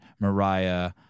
Mariah